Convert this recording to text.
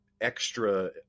extra